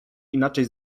inaczej